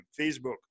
Facebook